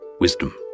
Wisdom